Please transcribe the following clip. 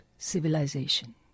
Civilization